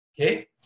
okay